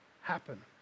happen